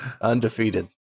Undefeated